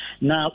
Now